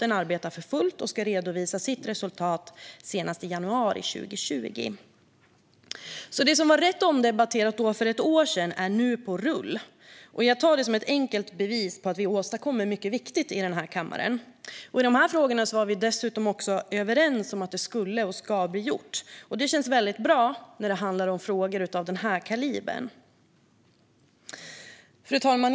Den arbetar för fullt och ska redovisa sitt resultat senast i januari 2020. Det som var rätt omdebatterat då, för ett år sedan, är alltså nu på rull. Jag tar det som ett enkelt bevis på att vi åstadkommer mycket viktigt i den här kammaren. I de här frågorna var vi dessutom överens om att detta skulle och ska bli gjort. Det känns bra när det handlar om frågor av den här kalibern. Fru talman!